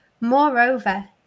Moreover